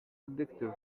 addictive